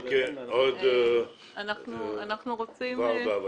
אוקיי, ורדה בבקשה.